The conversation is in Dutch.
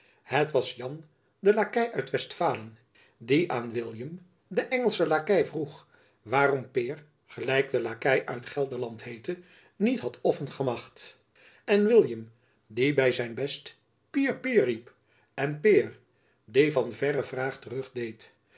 het was jan de lakei uit westfalen die aan william den engelschen lakei vroeg waarom peer gelijk de lakei uit gelderland heette niet had offen kemacht en william die by zijn best pear pear riep en peer die van verre de vraag terugdeed